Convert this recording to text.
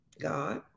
God